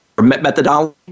methodology